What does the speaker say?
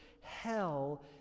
Hell